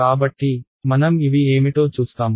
కాబట్టి మనం ఇవి ఏమిటో చూస్తాము